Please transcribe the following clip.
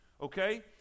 Okay